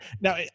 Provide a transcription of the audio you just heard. Now